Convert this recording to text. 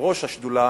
יושבת-ראש השדולה,